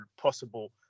possible